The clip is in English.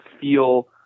feel